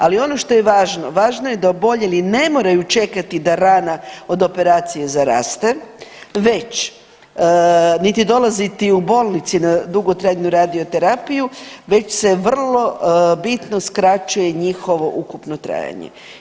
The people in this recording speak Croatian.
Ali ono što je važno, važno je da oboljeli ne moraju čekati da rana od operacije zaraste, već, niti dolaziti u bolnice na dugotrajnu radio terapiju, već se vrlo bitno skraćuje njihovo ukupno trajanje.